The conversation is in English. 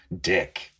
dick